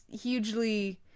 hugely